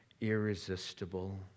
irresistible